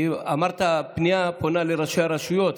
אמרת שהפנייה פונה לראשי הרשויות,